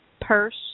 purse